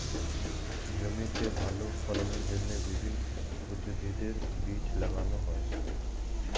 জমিতে ভালো ফলনের জন্য বিভিন্ন উদ্ভিদের বীজ লাগানো হয়